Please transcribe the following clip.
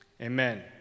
Amen